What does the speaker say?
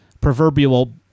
proverbial